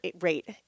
rate